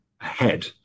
ahead